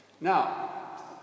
Now